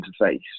interface